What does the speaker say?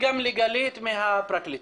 וגם לגלית מהפרקליטות.